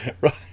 Right